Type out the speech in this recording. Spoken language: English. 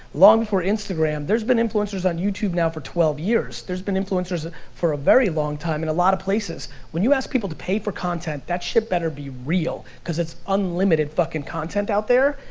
long before instagram, there's been influencers on youtube now for twelve years, there's been influencers for a very long time in a lot of places. when you ask people to pay for content, that shit better be real, cause it's unlimited fucking content out there,